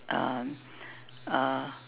um uh